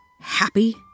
Happy